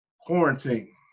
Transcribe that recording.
quarantine